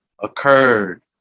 occurred